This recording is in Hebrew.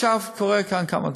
קורים כאן כמה דברים: